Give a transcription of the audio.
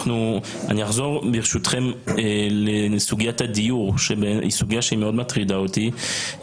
אני אחזור ברשותכם לסוגיית הדיור שהיא סוגיה שהיא מאוד מטרידה אותי,